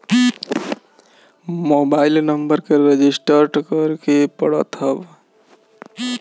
mobile number के register करे के पड़त हवे